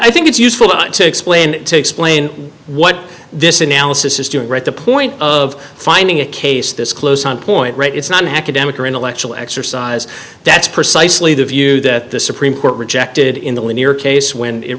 i think it's useful to explain to explain what this analysis is doing right the point of finding a case this close on point right it's not an academic or intellectual exercise that's precisely the view that the supreme court rejected